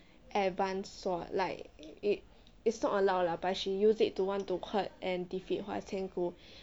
advanced sword like it it's not allowed lah but she use it to want to cut and defeat 花千骨